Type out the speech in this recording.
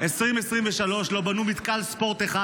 ב-2023 לא בנו מתקן ספורט אחד.